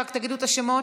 תגידו את השמות.